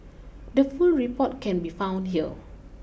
the full report can be found here